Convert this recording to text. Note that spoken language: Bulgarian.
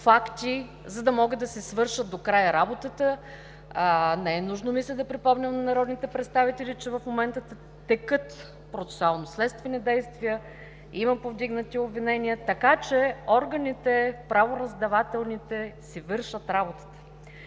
за да могат да си свършат до края работата. Не е нужно да припомням на народните представители, че в момента текат процесуално-следствени действия, има повдигнати обвинения, така че правораздавателните органи си вършат работата,